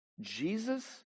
Jesus